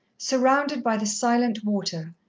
surrounded by the silent water,